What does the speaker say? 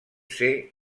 ser